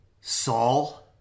Saul